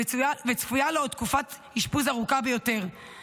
-- וצפויה לו עוד תקופת אשפוז ארוכה ביותר,